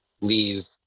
leave